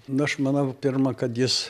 na aš manau pirma kad jis